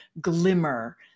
glimmer